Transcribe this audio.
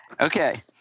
Okay